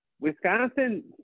Wisconsin